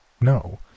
No